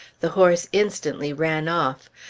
the horse instantly ran off.